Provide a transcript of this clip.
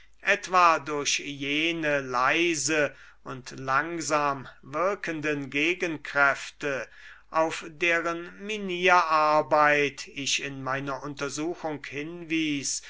etwa durch jene leise und langsam wirkenden gegenkräfte auf deren minierarbeit ich in meiner untersuchung hinwies